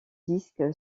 disque